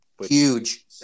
Huge